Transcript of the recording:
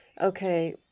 okay